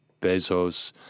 Bezos